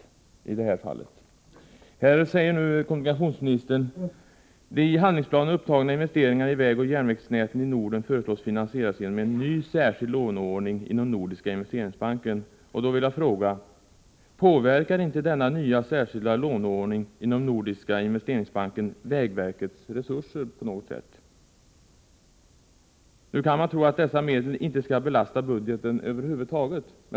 Kommunikationsministern säger i svaret: ”De i handlingsplanen upptagna investeringarna i vägoch järnvägsnäten i Norden föreslås bli finansierade genom en ny särskild låneordning inom Nordiska investeringsbanken.” Jag vill då fråga: Påverkar inte denna nya särskilda låneordning inom Nordiska investeringsbanken vägverkets resurser på något sätt? Hur kan man tro att dessa medel inte kommer att belasta budgeten över huvud taget?